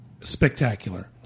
spectacular